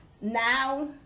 now